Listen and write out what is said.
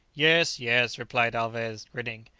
yes, yes! replied alvez, grinning,